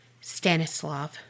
Stanislav